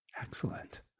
Excellent